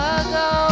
ago